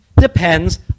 depends